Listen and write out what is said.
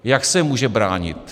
Jak se může bránit?